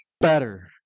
better